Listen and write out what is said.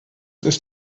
ist